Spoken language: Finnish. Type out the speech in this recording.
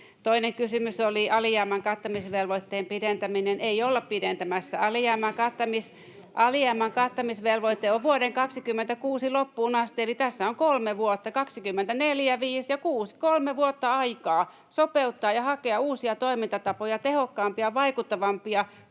Toinen kysymys oli alijäämän kattamisvelvoitteen pidentäminen. — Ei olla pidentämässä. Alijäämän kattamisvelvoite on vuoden 26 loppuun asti. Eli tässä on kolme vuotta, 24, 25 ja 26, aikaa sopeuttaa ja hakea uusia toimintatapoja, tehokkaampia, vaikuttavampia,